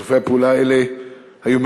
שיתופי הפעולה האלה היו,